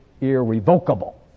irrevocable